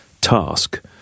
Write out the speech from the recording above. task